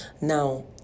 Now